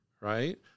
right